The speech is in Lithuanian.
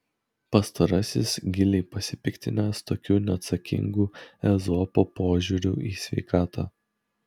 pastarasis giliai pasipiktinęs tokiu neatsakingu ezopo požiūriu į sveikatą